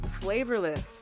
flavorless